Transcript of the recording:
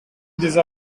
these